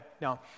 Now